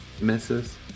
misses